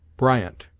bryant,